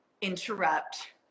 interrupt